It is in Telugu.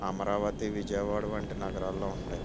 అమరావతి విజయవాడ వంటి నగరాలలో ఉంటాయి